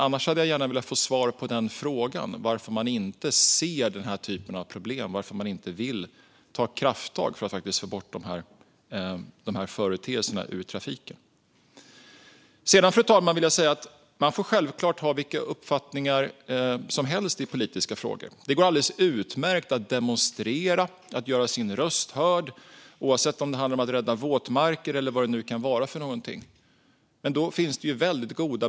Annars hade jag gärna fått svar på frågan varför de inte ser denna typ av problem och inte vill ta krafttag för att få bort dessa företeelser ur trafiken. Fru talman! Man får självklart ha vilka uppfattningar som helst i politiska frågor. Det går alldeles utmärkt att demonstrera och göra sin röst hörd, oavsett om det handlar om våtmarker eller något annat.